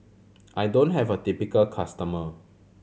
I don't have a typical customer